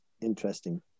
interesting